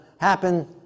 happen